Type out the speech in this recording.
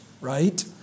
right